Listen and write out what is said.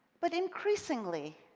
but, increasingly,